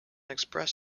express